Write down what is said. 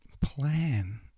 plan